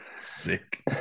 Sick